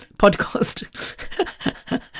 podcast